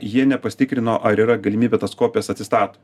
jie nepasitikrino ar yra galimybė tas kopijas atsistato